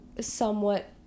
somewhat